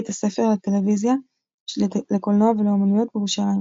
- בית הספר לטלוויזיה לקולנוע ולאמנויות" בירושלים.